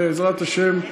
בעזרת השם,